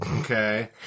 okay